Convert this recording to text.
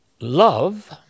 Love